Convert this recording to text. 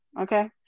okay